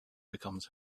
becomes